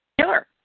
Sure